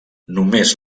només